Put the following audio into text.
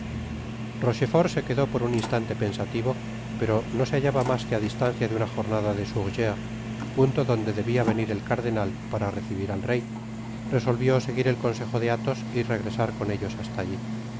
rochefort se quedó por un oslante pensativo pero como no se hallaba mas que á distancia de una jornada de surgéres punto donde debia venir el carde nal para recibir al rey resolvió seguir el consejo de athos y regresar con ellos hasta alli